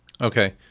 Okay